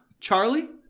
Charlie